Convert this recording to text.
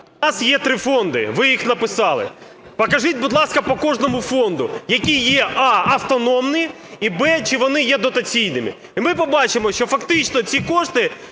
У нас є три фонди, ви їх написали. Покажіть, будь ласка, по кожному фонду, які є: а) автономні і б) чи вони є дотаційними? І ми побачимо, що фактично ці кошти